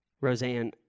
Roseanne